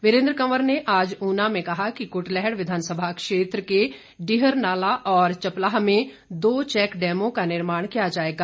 वीरेन्द्र कंवर ने आज ऊना में कहा कि कुटलैहड़ विधानसभा क्षेत्र डीहर नाला और चपलाह में दो चैक डैम का निर्माण किया जाएगा